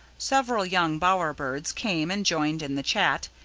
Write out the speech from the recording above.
several young bower birds came and joined in the chat,